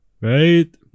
Right